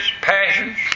passions